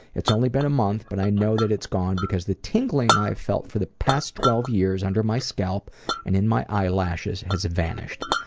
it's only been a month but i know that it's gone because the tingling i've felt for the last twelve years under my scalp and in my eyelashes has vanished.